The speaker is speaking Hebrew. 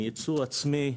מייצור עצמי,